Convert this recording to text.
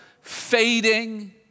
fading